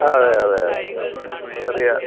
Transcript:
അതെ അതെ അതെ ചെറിയ